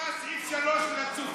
תקרא את סעיף (3) לצופים.